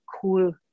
cool